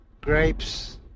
grapes